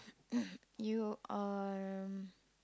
you are